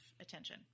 attention